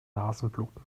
nasenbluten